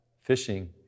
fishing